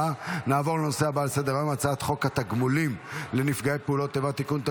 הצעת חוק לעידוד השקעות הון (תיקון,